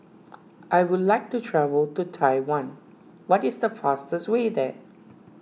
I would like to travel to Taiwan what is the fastest way there